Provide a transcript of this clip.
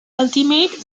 ultimate